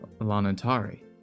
Lanantari